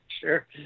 Sure